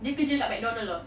dia kerja dekat McDonald [tau]